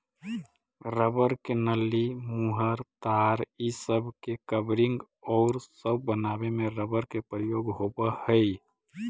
rubber के नली, मुहर, तार इ सब के कवरिंग औउर सब बनावे में रबर के प्रयोग होवऽ हई